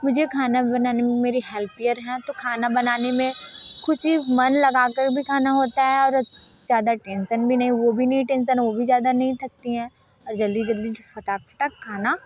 मुझे खाना बनाने में मेरी हेल्पियर हैं तो खाना बनाने में ख़ुशी मन लगा कर भी खाना होता है और ज़्यादा टेंसन भी नहीं वो भी नहीं टेंसन वो भी ज़्यादा नहीं थकती हैं और जल्दी जल्दी फटाक फटाक खाना